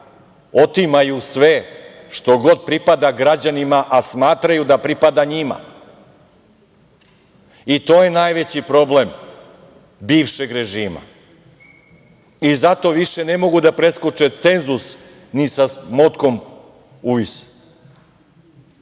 Otimaju sve što god pripada građanima, a smatraju da pripada njima, i to je najveći problem bivšeg režima. Zato više ne mogu da preskoče cenzus ni sa motkom uvis,